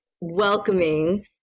welcoming